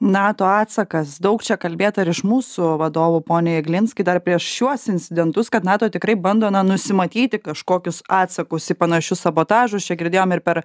nato atsakas daug čia kalbėta ir iš mūsų vadovų pone jeglinskai dar prieš šiuos incidentus kad nato tikrai bando na nusimatyti kažkokius atsakus į panašius sabotažus čia girdėjom ir per